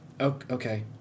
okay